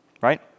right